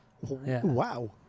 Wow